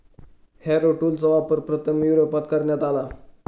Harrow टूलचा वापर प्रथम युरोपात करण्यात आला